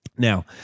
Now